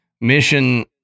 Mission